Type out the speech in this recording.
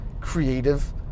creative